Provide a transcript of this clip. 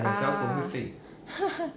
ah